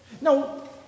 Now